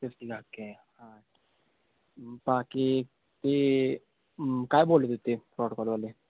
प्रतीक हाके हां बाकी ते काय बोलत होते फ्रॉड कॉलवाले